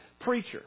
preacher